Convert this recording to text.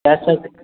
त्या सर